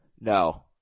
No